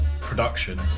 production